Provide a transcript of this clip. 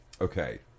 okay